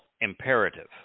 imperative